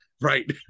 right